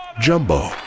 jumbo